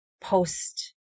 post